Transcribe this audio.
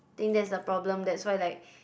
think that's the problem that's why like